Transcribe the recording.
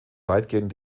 weitgehend